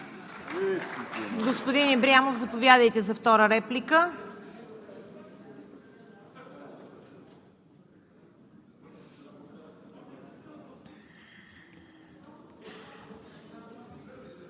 Господин Ибрямов, заповядайте за втора реплика.